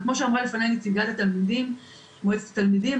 וכמו שאמרה מיכל ממועצת התלמידים,